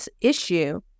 issue